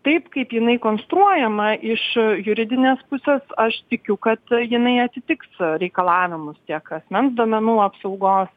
taip kaip jinai konstruojama iš juridinės pusės aš tikiu kad jinai atitiks reikalavimus tiek asmens duomenų apsaugos